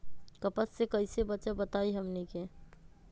कपस से कईसे बचब बताई हमनी के?